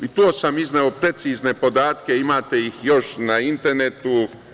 I to sam izneo precizne podatke, imate ih još na internetu.